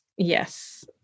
Yes